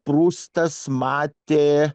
prustas matė